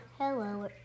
hello